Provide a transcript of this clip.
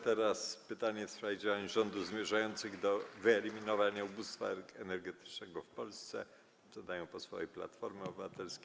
Teraz pytanie w sprawie działań rządu zmierzających do wyeliminowania ubóstwa energetycznego w Polsce zadają posłowie Platformy Obywatelskiej.